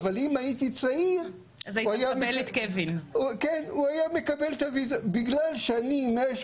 אבל אם הייתי צעיר אז הוא היה מקבל את הוויזה,